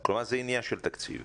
כלומר, זה עניין של תקציב.